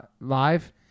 live